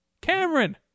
Cameron